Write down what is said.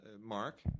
Mark